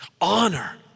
honor